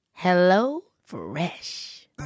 HelloFresh